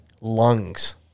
lungs